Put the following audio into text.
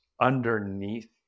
underneath